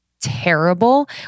terrible